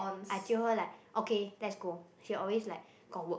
I jio her like okay let's go she always like got work